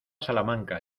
salamanca